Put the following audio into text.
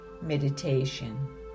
meditation